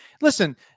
listen